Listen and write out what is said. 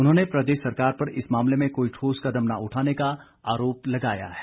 उन्होंने प्रदेश सरकार पर इस मामले में कोई ठोस कदम न उठाने का आरोप लगाया है